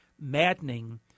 maddening